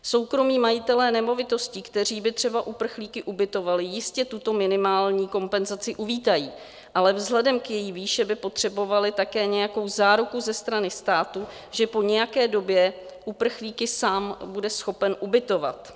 Soukromí majitelé nemovitostí, kteří by třeba uprchlíky ubytovali, jistě tuto minimální kompenzaci uvítají, ale vzhledem k její výši by potřebovali také nějakou záruku ze strany státu, že po nějaké době uprchlíky sám bude schopen ubytovat.